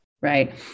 right